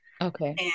Okay